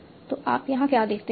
तो आप यहाँ क्या देखते हैं